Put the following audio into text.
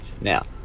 Now